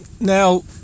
Now